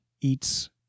eats